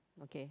okay